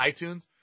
iTunes